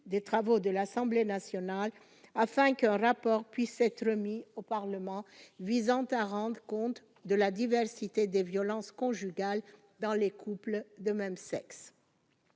des travaux de l'Assemblée nationale afin que rapport puisse être remis au Parlement visant à rendent compte de la diversité des violences conjugales dans les couples de même sexe